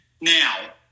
Now